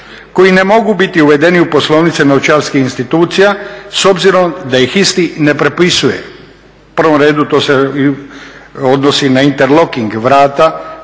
koji ne mogu biti uvedeni u poslovnice novčarskih institucija s obzirom da ih isti ne prepisuje. U prvom redu to se odnosi i na interloking vrata,